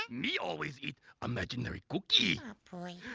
me always eat imaginary cookie. ah boy.